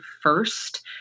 first